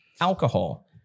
alcohol